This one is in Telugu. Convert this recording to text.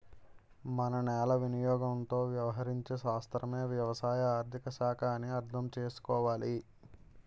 మన నేల వినియోగంతో వ్యవహరించే శాస్త్రమే వ్యవసాయ ఆర్థిక శాఖ అని అర్థం చేసుకోవాలి